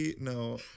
no